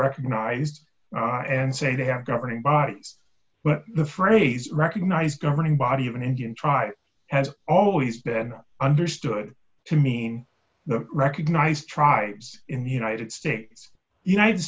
recognize and say they have governing bodies but the phrase recognized governing body of an indian tribe has always been understood to mean the recognized tribes in the united states united